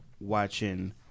watching